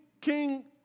King